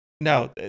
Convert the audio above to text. No